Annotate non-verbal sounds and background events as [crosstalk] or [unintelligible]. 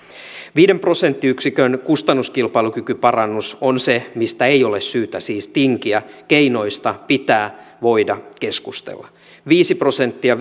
viiden prosenttiyksikön kustannuskilpailukykyparannus on se mistä siis ei ole syytä tinkiä keinoista pitää voida keskustella viisi prosenttia [unintelligible]